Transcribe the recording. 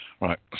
right